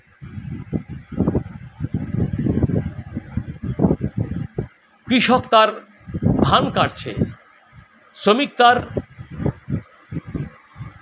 কৃষক তার ধান কাটছে শ্রমিক তার